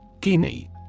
Guinea